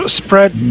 spread